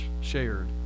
shared